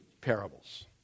parables